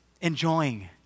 enjoying